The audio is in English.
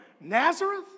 Nazareth